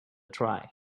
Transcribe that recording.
try